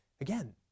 Again